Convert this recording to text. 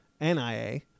N-I-A